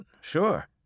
Sure